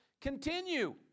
Continue